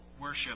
worship